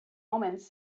omens